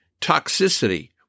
toxicity